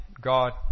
God